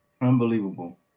Unbelievable